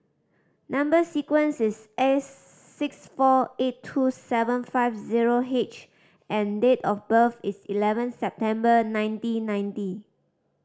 number sequence is S six four eight two seven five zero H and date of birth is eleven September nineteen ninety